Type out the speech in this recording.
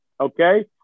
okay